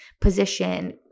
position